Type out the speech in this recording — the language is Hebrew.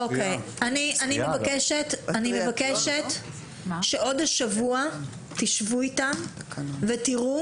אני מבקשת שעוד השבוע תשבו איתם ותראו